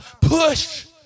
push